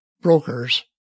brokers